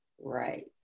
right